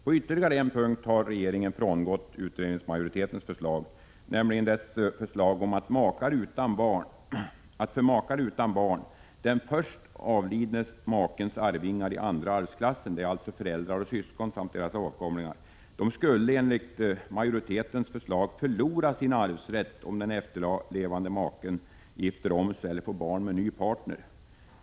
På ytterligare en punkt har regeringen frångått utredningsmajoritetens förslag, nämligen dess förslag om att för makar utan barn den först avlidne makens arvingar i andra arvsklassen, alltså föräldrar och syskon samt deras avkomlingar, skulle förlora sin arvsrätt, om den efterlevande maken gifter om sig eller får barn med ny partner.